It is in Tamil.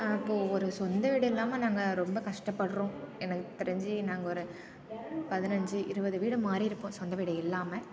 அப்போது ஒரு சொந்தவீடு இல்லாமல் நாங்கள் ரொம்ப கஷ்டப்படுகிறோம் எனக்குத் தெரிஞ்சு நாங்கள் ஒரு பதினஞ்சு இருபது வீடு மாறியிருப்போம் சொந்தவீடு இல்லாமல்